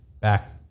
back